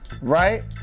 right